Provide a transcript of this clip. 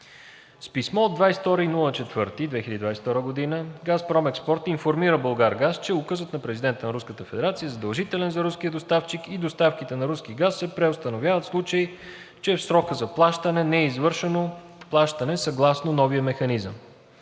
С писмо от 22 април 2022 г. ООО „Газпром Експорт“ информира „Булгаргаз“, че Указът на президента на Руската федерация е задължителен за руския доставчик и доставките на руски газ се преустановяват, в случай че в срока за плащане не е извършено плащане съгласно новия механизъм.